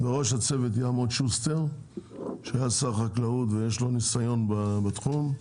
בראש הצוות יעמוד שוסטר שהיה שר חקלאות ויש לו ניסיון בתחום,